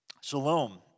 Shalom